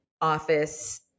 office